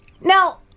Now